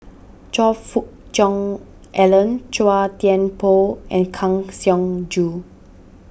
Choe Fook Cheong Alan Chua Thian Poh and Kang Siong Joo